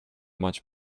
much